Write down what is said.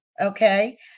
Okay